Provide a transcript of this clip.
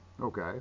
Okay